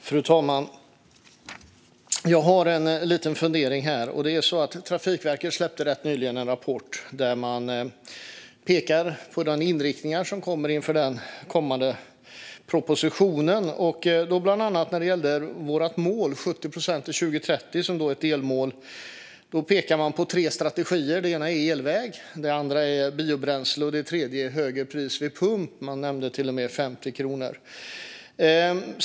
Fru talman! Jag har en liten fundering. Trafikverket släppte rätt nyligen en rapport där man pekar på de inriktningar som kommer i den kommande propositionen. När det gäller vårt mål om 70 procent till 2030, som är ett delmål, pekar man på tre strategier: elvägar, biobränsle och högre pris vid pump. Man nämner till och med 50 kronor.